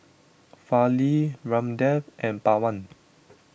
Fali Ramdev and Pawan